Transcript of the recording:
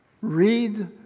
read